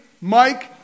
Mike